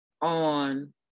on